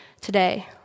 today